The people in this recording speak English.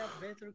better